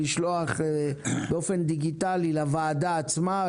ישלח באופן דיגיטלי לוועדה עצמה,